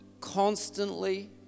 constantly